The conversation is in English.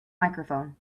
microphone